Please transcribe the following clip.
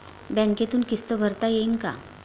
बँकेतून किस्त भरता येईन का?